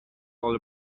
all